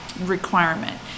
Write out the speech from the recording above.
requirement